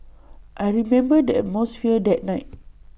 I remember the atmosphere that night